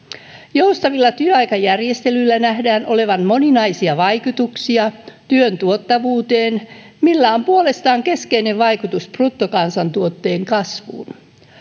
joustavilla työaikajärjestelyillä nähdään olevan moninaisia vaikutuksia työn tuottavuuteen millä on puolestaan keskeinen vaikutus bruttokansantuotteen kasvuun